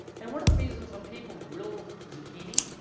and one of the reasons when people grill zucchini,